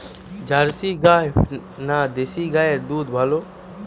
Jersey গাই না দেশী গাইয়ের দুধ ভালো?